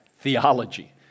theology